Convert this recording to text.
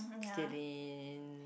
J-J-lin